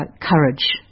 courage